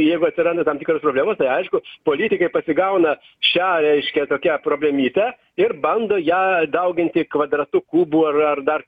jeigu atsiranda tam tikros problemos tai aišku politikai pasigauna šią reiškia tokią problemytę ir bando ją dauginti kvadratu kubu ar ar dar